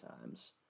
times